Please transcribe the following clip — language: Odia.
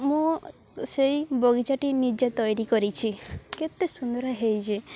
ମୁଁ ସେଇ ବଗିଚାଟି ନିଜେ ତିଆରି କରିଛି କେତେ ସୁନ୍ଦର ହୋଇଛି